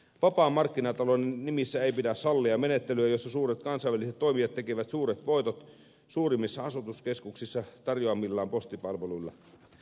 vapaan markkinatalouden nimissä ei pidä sallia menettelyä jossa suuret kansainväliset toimijat tekevät suuret voitot suurimmissa asutuskeskuksissa tarjoamillaan postipalveluilla